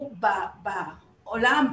בעולם,